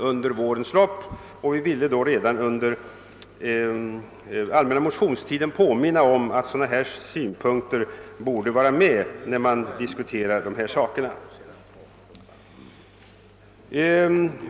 Vi önskade redan under den allmänna motionstiden erinra om att sådana synpunkter borde finnas med när man diskuterar dessa frågor.